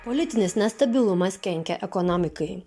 politinis nestabilumas kenkia ekonomikai